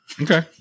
Okay